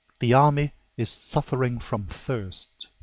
the army is suffering from thirst.